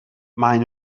maen